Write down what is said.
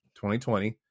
2020